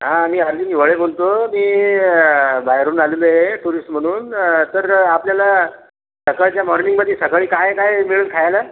हां मी हरविन हिवाळे बोलतो मी बाहेरून आलेलो आहे टुरिस्ट म्हणून तर आपल्याला सकाळच्या मॉर्निंगमध्ये सकाळी काय काय मिळेल खायला